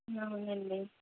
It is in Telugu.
అవునండి